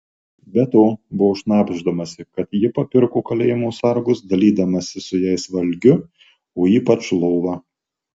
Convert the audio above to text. be to buvo šnabždamasi kad ji papirko kalėjimo sargus dalydamasi su jais valgiu o ypač lova